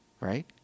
Right